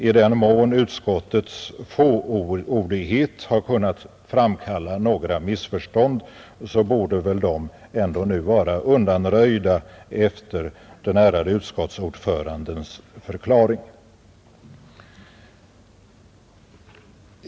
I den mån utskottets fåordighet har kunnat framkalla några missförstånd borde väl dessa ändå vara undanröjda efter den ärade utskottsordförandens förklaring.